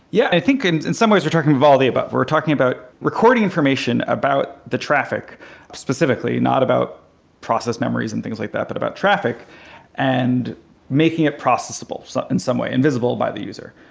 yeah. i think in in some ways we're talking of all the above. we're talking about recording information about the traffic specifically, not about process memories and things like that, but about traffic and making it processsable so in some way, invisible by the user.